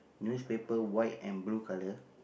newspaper white and blue colour